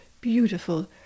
beautiful